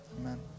Amen